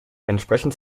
entsprechend